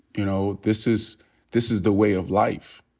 you know, this is this is the way of life.